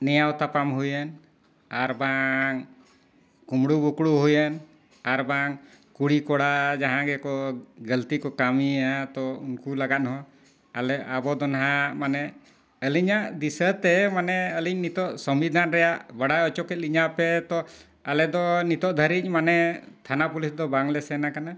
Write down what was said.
ᱱᱮᱣᱟᱣ ᱛᱟᱯᱟᱢ ᱦᱩᱭᱮᱱ ᱟᱨ ᱵᱟᱝ ᱠᱩᱢᱵᱲᱩ ᱵᱩᱠᱲᱩ ᱦᱩᱭᱮᱱ ᱟᱨ ᱵᱟᱝ ᱠᱩᱲᱤ ᱠᱚᱲᱟ ᱡᱟᱦᱟᱸ ᱜᱮᱠᱚ ᱜᱟᱹᱞᱛᱤ ᱠᱚ ᱠᱟᱹᱢᱤᱭᱟ ᱛᱚ ᱩᱱᱠᱩ ᱞᱟᱹᱜᱤᱫ ᱦᱚᱸ ᱟᱞᱮ ᱟᱵᱚ ᱫᱚ ᱱᱟᱦᱟᱸᱜ ᱢᱟᱱᱮ ᱟᱹᱞᱤᱧᱟᱜ ᱫᱤᱥᱟᱹᱛᱮ ᱢᱟᱱᱮ ᱟᱹᱞᱤᱧ ᱱᱤᱛᱚᱜ ᱥᱚᱝᱵᱤᱫᱷᱟᱱ ᱨᱮᱭᱟᱜ ᱵᱟᱲᱟᱭ ᱦᱚᱪᱚ ᱠᱮᱫ ᱞᱤᱧᱟᱹᱯᱮ ᱛᱚ ᱟᱞᱮ ᱫᱚ ᱱᱤᱛᱚᱜ ᱫᱷᱟᱹᱨᱤᱡ ᱢᱟᱱᱮ ᱛᱷᱟᱱᱟ ᱯᱩᱞᱤᱥ ᱫᱚ ᱵᱟᱝᱞᱮ ᱥᱮᱱ ᱟᱠᱟᱱᱟ